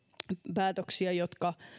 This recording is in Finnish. päätöksiä jotka